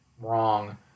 wrong